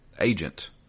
agent